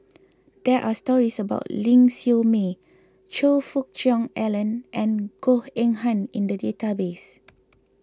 there are stories about Ling Siew May Choe Fook Cheong Alan and Goh Eng Han in the database